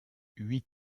huit